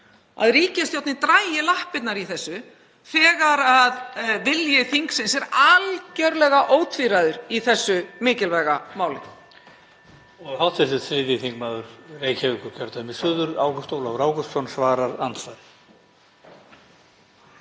að ríkisstjórnin dragi lappirnar í þessu þegar vilji þingsins er algerlega ótvíræður í þessu mikilvæga máli?